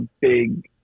big